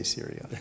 Syria